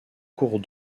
cours